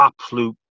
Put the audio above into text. absolute